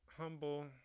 humble